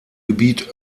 gebiet